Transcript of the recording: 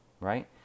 right